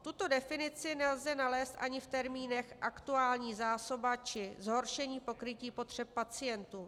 Tuto definici nelze nalézt ani v termínech aktuální zásoba či zhoršení pokrytí potřeb pacientů.